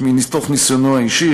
מתוך ניסיונו האישי,